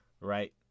right